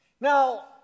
Now